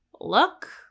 Look